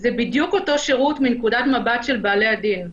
זה בדיוק אותו שירות מנקודת מבט של בעלי הדין.